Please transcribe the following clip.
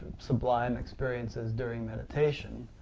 sublime experiences during meditation,